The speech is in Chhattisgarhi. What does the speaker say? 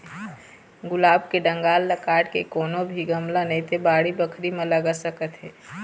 गुलाब के डंगाल ल काट के कोनो भी गमला नइ ते बाड़ी बखरी म लगा सकत हे